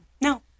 No